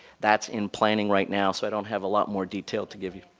that's in planning right now so i don't have a lot more detail to give you.